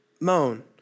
moan